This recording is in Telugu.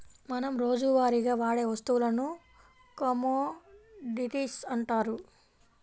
మనం రోజువారీగా వాడే వస్తువులను కమోడిటీస్ అంటారు